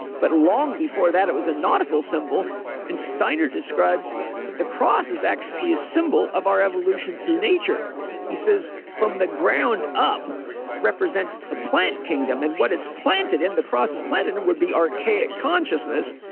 but long before that it was a nautical symbol and steiner describes that the cross is actually a symbol of our evolution through nature he says, from the ground up represents the plant kingdom. and what is planted in the cross is planted and would be archaic consciousness.